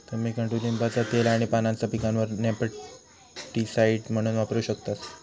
तुम्ही कडुलिंबाचा तेल आणि पानांचा पिकांवर नेमॅटिकसाइड म्हणून वापर करू शकतास